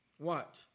Watch